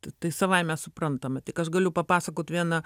tai savaime suprantama tik aš galiu papasakot vieną